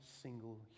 single